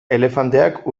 elefanteak